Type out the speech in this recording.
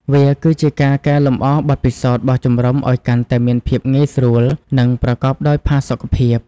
វាគឺជាការកែលម្អបទពិសោធន៍បោះជំរុំឲ្យកាន់តែមានភាពងាយស្រួល និងប្រកបដោយផាសុកភាព។